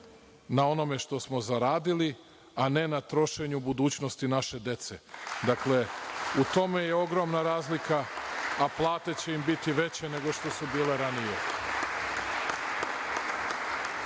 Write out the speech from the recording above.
na onome što smo zaradili, a ne na trošenju budućnosti naše dece. Dakle, u tome je ogromna razlika, a plate će im biti veće nego što su bile